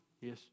Yes